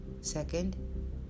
Second